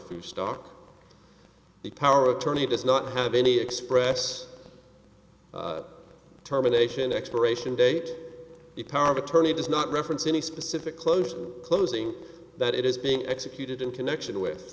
fu stock the power of attorney does not have any expressed terminations expiration date the power of attorney does not reference any specific closure closing that it is being executed in connection with